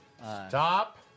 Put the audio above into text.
Stop